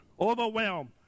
Overwhelmed